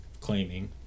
claiming